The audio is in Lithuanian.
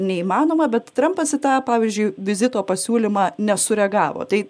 neįmanoma bet trampas į tą pavyzdžiui vizito pasiūlymą nesureagavo tai